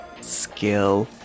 skill